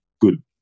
good